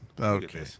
okay